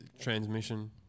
transmission